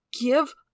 Give